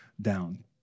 down